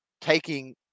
taking